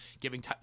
giving –